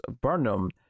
burnham